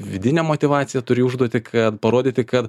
vidinę motyvaciją turi užduotį ką parodyti kad